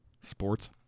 sports